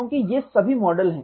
क्योंकि ये सभी मॉडल हैं